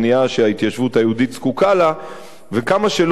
לא, ליד "מרמרה" מחכים לה.